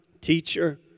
teacher